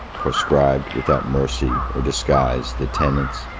proscribed without mercy or disguise the tenets,